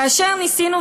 כאשר ניסינו,